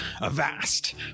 Avast